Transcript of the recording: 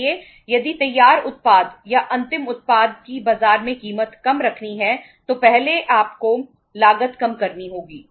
इसलिए यदि तैयार उत्पाद या अंतिम उत्पाद की बाजार में कीमत कम रखनी है तो आपको पहले लागत कम करनी होगी